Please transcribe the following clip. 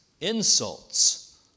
insults